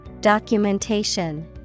Documentation